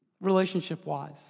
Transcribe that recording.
relationship-wise